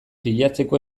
bilatzeko